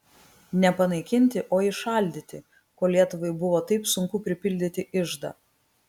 ne panaikinti o įšaldyti kol lietuvai buvo taip sunku pripildyti iždą